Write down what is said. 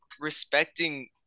respecting